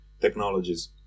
technologies